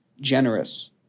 generous